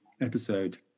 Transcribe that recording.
episode